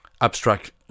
abstract